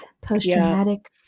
Post-traumatic